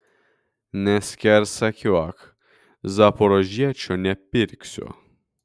neskersakiuok zaporožiečio nepirksiu